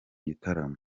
gitaramo